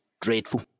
dreadful